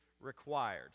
required